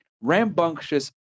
rambunctious